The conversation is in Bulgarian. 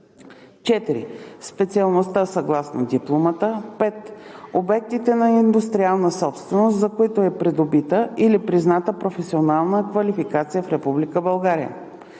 4. специалността съгласно дипломата; 5. обектите на индустриална собственост, за които е придобита или призната професионална квалификация в